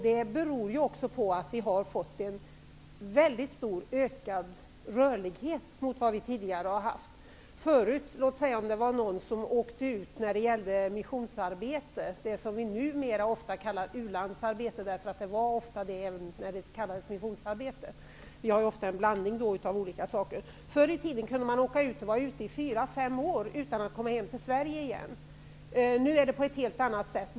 Det beror också på att rörligheten har ökat markant. Tidigare var det kanske någon som åkte ut på missionsarbete. I dag kallas det ofta ulandsarbete. Även tidigare, när det kallades missionsarbete, var det ofta fråga om ulandsarbete. Det var ofta en blandning av olika uppgifter. Förr i tiden kunde man åka ut och vara ute i både fyra och fem år utan att komma hem till Nu är det på ett helt annat sätt.